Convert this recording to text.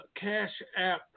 cash-app